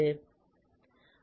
எனவே ஐ